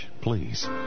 please